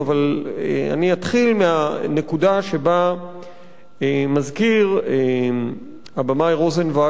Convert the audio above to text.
אבל אני אתחיל מהנקודה שבה מזכיר הבמאי רוזנווקס